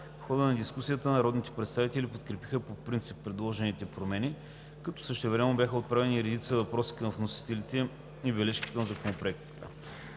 В хода на дискусията народните представители подкрепиха по принцип предложените промени, като същевременно бяха отправени и редица въпроси към вносителите и бележки към Законопроекта.